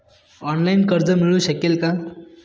Online कर्ज मिळू शकेल का?